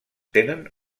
tenen